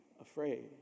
afraid